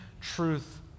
truth